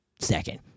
second